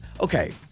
Okay